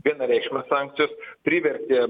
vienareikšmės sankcijos privertė